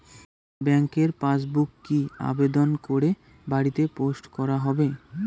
ব্যাংকের পাসবুক কি আবেদন করে বাড়িতে পোস্ট করা হবে?